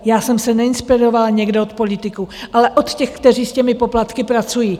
Já jsem se neinspirovala někde od politiků, ale od těch, kteří s těmi poplatky pracují.